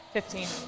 Fifteen